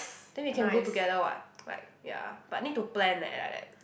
then we can go together [what] like ya but need to plan leh like that